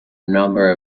number